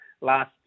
last